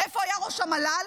איפה היה ראש המל"ל?